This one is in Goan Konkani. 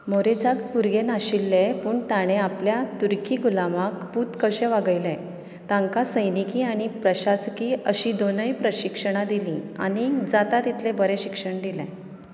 मोरेझाक भुरगें नाशिल्लें पूण ताणें आपल्या तुर्की गुलामाक पूत कशे वागयले तांकां सैनिकी आनी प्रशासकी अशीं दोनय प्रशिक्षणां दिलीं आनी जाता तितलें बरें शिक्षण दिलें